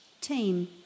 Team